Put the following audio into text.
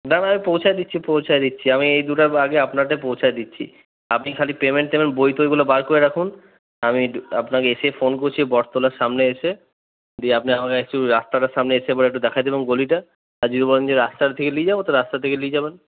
না না আমি পৌঁছায় দিচ্ছি পৌঁছায় দিচ্ছি আমি এই দুটা বাড়ি আপনারটাই পৌঁছায় দিচ্ছি আপনি খালি পেমেন্ট টেমেন্ট বইটইগুলো বার করে রাখুন আমি আপনাকে এসেই ফোন করছি বটতলার সামনে এসে দিয়ে আপনি আমাকে একটু রাস্তাটার সামনে এসে আমাকে একটু দেখায় দেবেন গলিটা আর যদি বলেন রাস্তার থেকে লিয়ে যাব তো রাস্তার থেকে লিয়ে যাবেন